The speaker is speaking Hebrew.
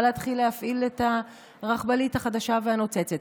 להתחיל להפעיל את הרכבלית החדשה והנוצצת.